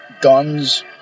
guns